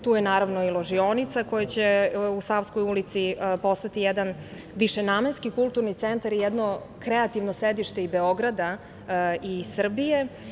Tu je naravno i ložionica koja će u Savskoj ulici postati jedan višenamenski kulturni centar, jedno kreativno sedište i Beograda i Srbije.